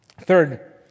Third